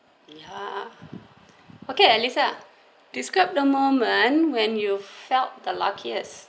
ya okay alyssa describe the moment when you felt the luckiest